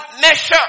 measure